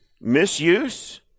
misuse